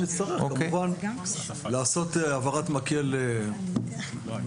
נצטרך כמובן לעשות העברת מקל מסודרת,